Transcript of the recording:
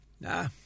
nah